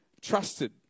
trusted